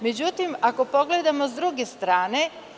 Međutim, ako pogledamo s druge strane.